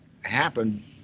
happen